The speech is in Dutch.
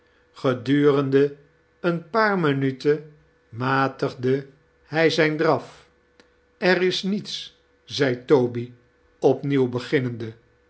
gedurende een paar minuten matigde hij zijn draf er is niets zei toby opnieuw begdnnende